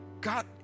God